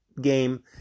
game